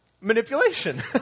Manipulation